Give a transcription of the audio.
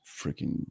freaking